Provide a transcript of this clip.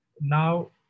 now